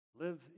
Live